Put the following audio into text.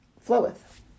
floweth